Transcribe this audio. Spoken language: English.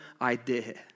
idea